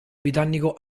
britannico